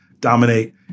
dominate